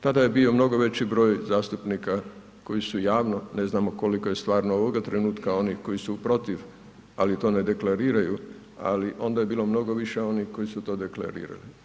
Tada je bio mnogo veći broj zastupnika koji su javno, ne znamo koliko je stvarno ovog trenutka onih koji protiv ali to ne deklariraju, ali onda je bilo mnogo više onih koji su to deklarirali.